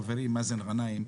חברי מאזן גנאים,